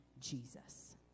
Jesus